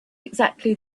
exactly